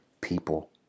people